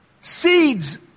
Seeds